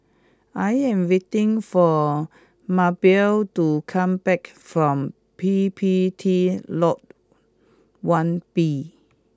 I am waiting for Mabell to come back from P P T Lodge one B